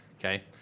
Okay